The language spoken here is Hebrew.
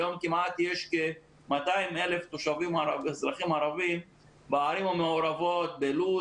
היום יש כ-200,000 אזרחים ערבים בערים המעורבות בלוד,